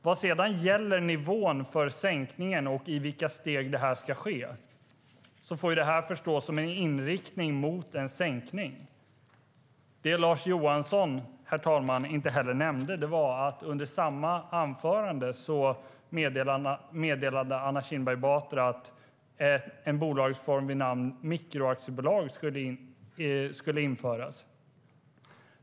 Vad gäller nivån för sänkningen och i vilka steg det ska ske får förstås som en inriktning mot en sänkning. Herr talman! Det Lars Eriksson inte heller nämnde var att Anna Kinberg Batra i samma anförande meddelade att en bolagsform vid namn mikroaktiebolag skulle införas.